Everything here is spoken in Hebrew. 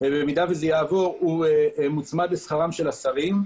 אם זה יעבור - מוצמד לשכר השרים.